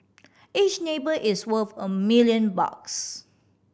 each neighbour is worth a million bucks